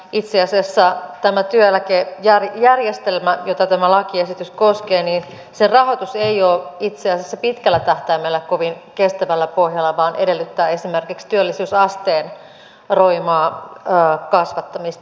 on arvioitu että itse asiassa tämän työeläkejärjestelmän jota tämä lakiesitys koskee rahoitus ei ole pitkällä tähtäimellä kovin kestävällä pohjalla vaan edellyttää esimerkiksi työllisyysasteen roimaa kasvattamista